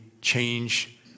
change